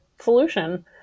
solution